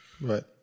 right